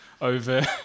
over